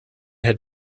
had